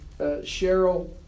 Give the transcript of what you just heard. Cheryl